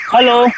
Hello